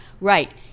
Right